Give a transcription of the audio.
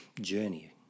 journey